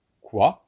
quoi